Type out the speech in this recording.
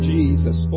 Jesus